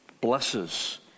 blesses